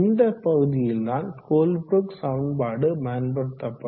இந்த பகுதியில்தான் கோல்ப்ரூக் சமன்பாடு பயன்படுத்தப்படும்